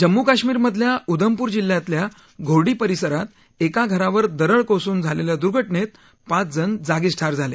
जम्मू काश्मीरमधल्या उधमपूर जिल्ह्यातल्या घोरडी परिसरात एका घरावर दरड़ कोसळून झालेल्या दुर्घटनेत पाच जण जागीच ठार झाले